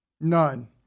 None